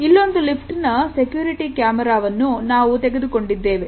ಇಲ್ಲೊಂದು ಲಿಫ್ಟ್ ನ ಸೆಕ್ಯೂರಿಟಿ ಕ್ಯಾಮರಾವನ್ನು ನಾವು ತೆಗೆದುಕೊಂಡಿದ್ದೇವೆ